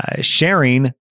sharing